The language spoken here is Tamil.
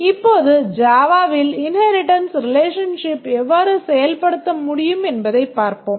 இப்போது ஜாவாவில் இன்ஹேரிட்டன்ஸ் ரெலஷன்ஷிப் எவ்வாறு செயல்படுத்த முடியும் என்பதைப் பார்ப்போம்